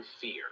fear